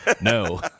No